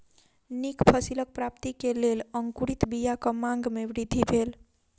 नीक फसिलक प्राप्ति के लेल अंकुरित बीयाक मांग में वृद्धि भेल